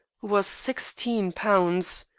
was sixteen pounds.